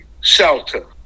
shelter